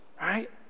right